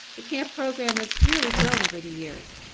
the camp program has really grown over the years.